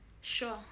Sure